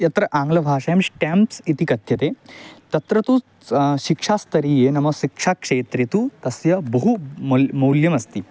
यत्र आङ्ग्लभाषायां श्टाम्प्स् इति कथ्यते तत्र तु शिक्षास्तरीये नाम शिक्षाक्षेत्रे तु तस्य बहु मौलं मौल्यमस्ति